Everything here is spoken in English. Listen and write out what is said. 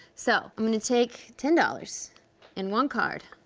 so. i'm gonna take ten dollars and one card,